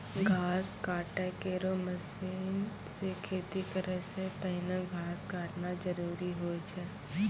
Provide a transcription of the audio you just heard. घास काटै केरो मसीन सें खेती करै सें पहिने घास काटना जरूरी होय छै?